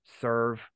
serve